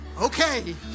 Okay